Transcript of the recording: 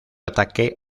ataque